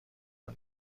ولی